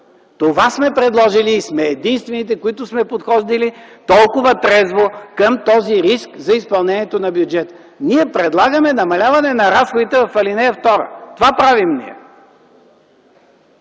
Това сме предложили и сме единствените, които сме подходили толкова трезво към този риск за изпълнението на бюджета. Ние предлагаме намаляване на разходите в ал. 2. Това правим ние.